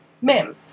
Mims